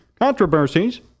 controversies